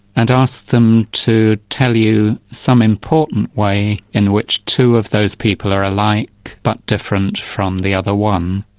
and ask them to tell you some important way in which two of those people are alike but different from the other one.